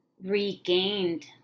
regained